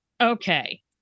okay